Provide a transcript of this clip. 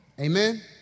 Amen